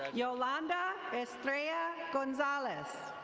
yolonda estrella gonsalez.